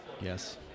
Yes